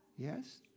Yes